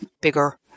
bigger